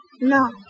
No